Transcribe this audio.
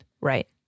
Right